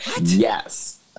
yes